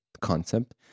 concept